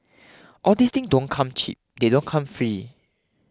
all these thing don't come cheap they don't come free